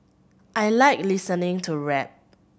I like listening to rap